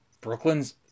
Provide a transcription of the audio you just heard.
Brooklyn's